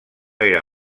era